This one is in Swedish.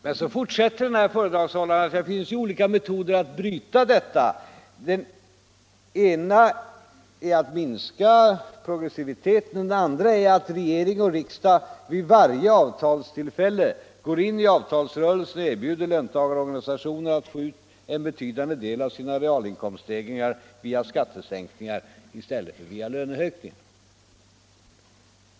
Men föredragshållaren fortsätter med att säga att det finns olika metoder att bryta denna trend. Den ena är att minska progressiviteten och den andra är att regering och riksdag vid varje avtalstillfälle går in i avtalsrörelsen och erbjuder löntagarorganisationerna att få ut en betydande del av sina realinkomststegringar via skattesänkningar i stället för via löneökningar.